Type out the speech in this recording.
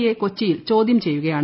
A കൊച്ചിയിൽ ചോദ്യം ചെയ്യുകയാണ്